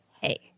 Hey